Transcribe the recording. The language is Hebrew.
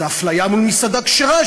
זו אפליה מול מסעדה כשרה,